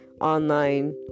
online